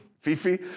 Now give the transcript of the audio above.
Fifi